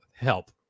help